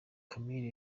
camille